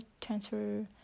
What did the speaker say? transfer